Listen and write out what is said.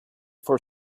for